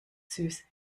süß